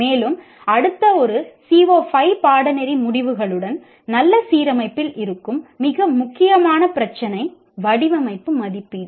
மேலும் அடுத்த ஒரு CO5 பாடநெறி முடிவுகளுடன் நல்ல சீரமைப்பில் இருக்கும் மிக முக்கியமான பிரச்சினை வடிவமைப்பு மதிப்பீடு